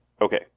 Okay